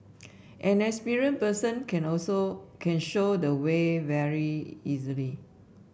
an experienced person can also can show the way very easily